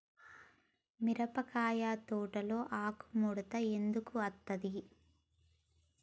మిరపకాయ తోటలో ఆకు ముడత ఎందుకు అత్తది?